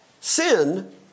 sin